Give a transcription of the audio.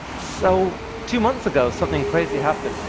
so two months ago, something crazy happened.